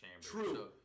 True